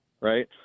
right